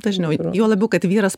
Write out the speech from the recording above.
dažniau juo labiau kad vyras